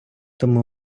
тому